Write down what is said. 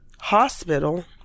hospital